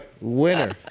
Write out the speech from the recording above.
Winner